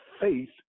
faith